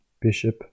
Bishop